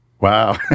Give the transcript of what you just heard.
Wow